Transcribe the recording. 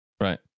Right